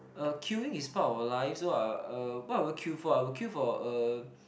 uh queuing is part of our life so uh what will I queue for I will queue for uh